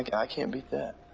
like i can't beat that.